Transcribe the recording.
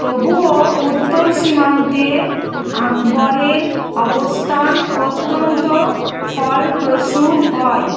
তবুও উত্তর সীমান্তে আকবরের অবস্থান অত্যন্ত ফলপ্রসূ হয়